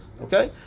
Okay